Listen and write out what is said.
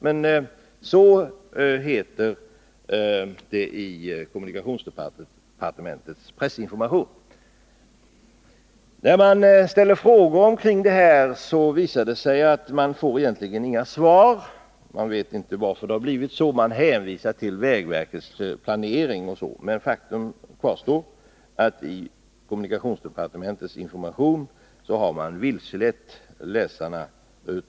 Men så heter det i kommunikationsdepartementets pressinformation. När vi ställer frågor kring detta, får vi egentligen inga svar. Man vet inte varför det har blivit så, man hänvisar till vägverkets planering osv. Men faktum kvarstår — att man i kommunikationsdepartementets pressmeddelan de har vilselett läsarna.